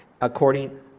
according